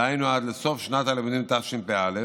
דהיינו עד לסוף שנת הלימודים תשפ"א,